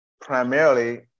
Primarily